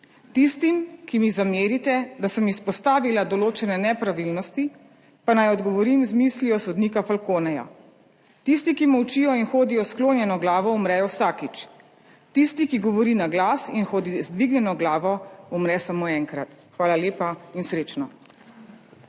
Tistim, ki mi zamerite, da sem izpostavila določene nepravilnosti, pa naj odgovorim z mislijo sodnika Falconeja: »Tisti, ki molčijo in hodijo s sklonjeno glavo, umrejo vsakič. Tisti, ki govori na glas in hodi z dvignjeno glavo, umre samo enkrat.« Hvala lepa in srečno.